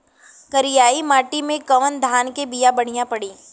करियाई माटी मे कवन धान के बिया बढ़ियां पड़ी?